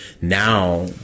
now